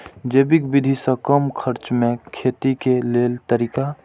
जैविक विधि से कम खर्चा में खेती के लेल तरीका?